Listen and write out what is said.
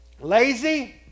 lazy